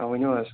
آ ؤنِو حظ